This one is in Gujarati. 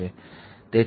રાઇટ